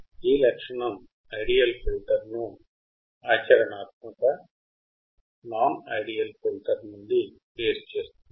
ఈ లక్షణం ideal filter ను ఆచరణాత్మక నాన్ ఐడియల్ ఫిల్టర్ నుండి వేరు చేస్తుంది